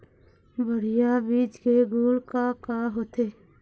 बढ़िया बीज के गुण का का होथे?